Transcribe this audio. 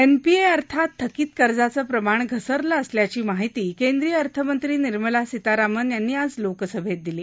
NPA अर्थात थकीत कर्जाचं प्रमाण घसरलं असल्याची माहिती केंद्रीय अर्थमंत्री निर्मला सीतारामन यांनी आज लोकसभेत दिली